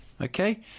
okay